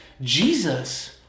jesus